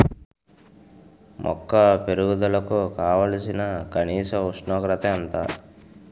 మొక్క పెరుగుదలకు కావాల్సిన కనీస ఉష్ణోగ్రత ఎంత?